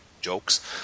jokes